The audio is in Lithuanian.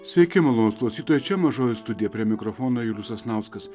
sveiki malonūs klausytojai čia mažoji studija prie mikrofono julius sasnauskas